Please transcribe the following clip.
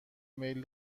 میل